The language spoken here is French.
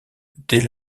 dès